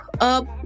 up